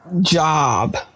job